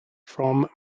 from